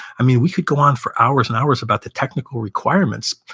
i mean, we could go on for hours and hours about the technical requirements.